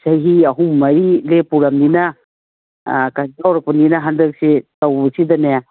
ꯆꯍꯤ ꯑꯍꯨꯝ ꯃꯔꯤ ꯂꯦꯞꯄꯨꯔꯃꯤꯅ ꯀꯩꯅꯣ ꯇꯧꯔꯛꯄꯅꯤꯅ ꯍꯟꯗꯛꯁꯦ ꯇꯧꯕꯁꯤꯗꯅꯦ